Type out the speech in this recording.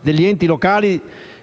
degli enti locali